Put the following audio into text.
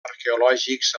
arqueològics